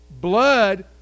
blood